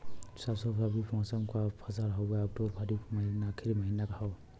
सरसो रबी मौसम क फसल हव अक्टूबर खरीफ क आखिर महीना हव